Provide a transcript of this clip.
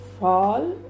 fall